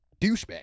douchebag